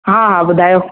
हा हा ॿुधायो